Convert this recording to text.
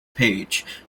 page